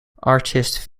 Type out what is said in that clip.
artist